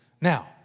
Now